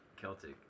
Celtic